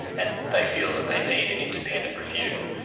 and they feel that they need an independent review.